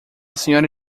sra